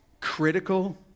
critical